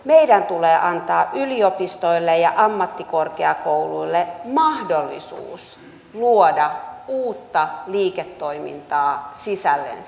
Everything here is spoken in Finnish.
meidän tulee antaa yliopistoille ja ammattikorkeakouluille mahdollisuus luoda uutta liiketoimintaa sisällensä